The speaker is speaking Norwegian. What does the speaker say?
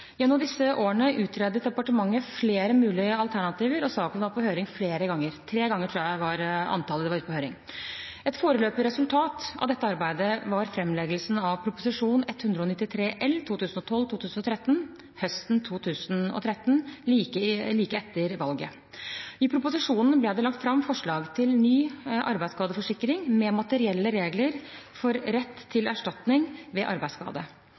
Gjennom disse årene utredet departementet flere mulige alternativer, og saken var på høring flere ganger – tre ganger tror jeg den var ute på høring. Et foreløpig resultat av dette arbeidet var framleggelsen av Prop. 193 L for 2012–2013 høsten 2013, like etter valget. I proposisjonen ble det lagt fram forslag til ny lov om arbeidsskadeforsikring med materielle regler for rett til erstatning ved arbeidsskade.